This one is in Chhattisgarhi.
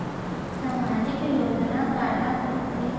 सामाजिक योजना काला कहिथे?